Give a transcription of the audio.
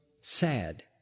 sad